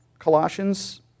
Colossians